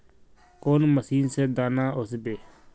कौन मशीन से दाना ओसबे?